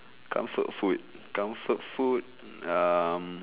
comfort food comfort food um